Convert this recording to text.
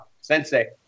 Sensei